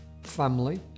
family